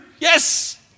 Yes